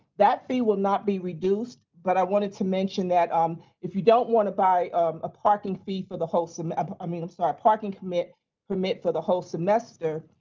that fee will not be reduced, but i wanted to mention that um if you don't want to buy a parking fee for the so and um i mean i'm sorry, a parking permit permit for the whole semester,